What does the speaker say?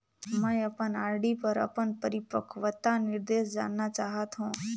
मैं अपन आर.डी पर अपन परिपक्वता निर्देश जानना चाहत हों